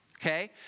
okay